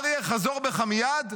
אריה, חזור בך מייד,